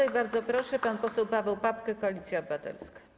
I bardzo proszę, pan poseł Paweł Papke, Koalicja Obywatelska.